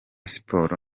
siporo